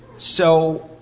so